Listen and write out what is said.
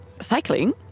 cycling